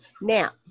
Now